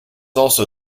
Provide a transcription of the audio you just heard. also